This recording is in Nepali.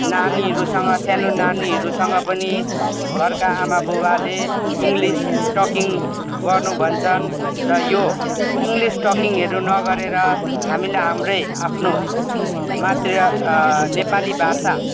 ननीहरूसँग सानो नानीहरूसँग पनि घरका आमा बुबाले इङ्लिस टकिङ गर्नु भन्छन् र यो इङ्लिस टकिङहरू नगरेर हामीले हाम्रै आफ्नो मात्रीय नेपाली भाषा